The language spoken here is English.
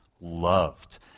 loved